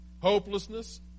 hopelessness